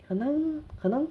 很难很难